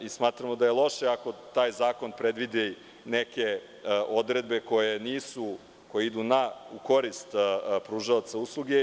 Smatramo da je loše ako taj zakon predvidi neke odredbe koje idu u korist pružaoca usluga.